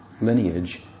lineage